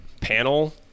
panel